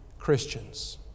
Christians